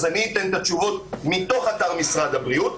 אז אני אתן את התשובות מתוך אתר משרד הבריאות.